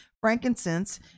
frankincense